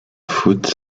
foot